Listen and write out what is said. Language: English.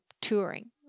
touring